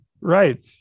Right